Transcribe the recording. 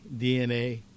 DNA